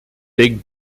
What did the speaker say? big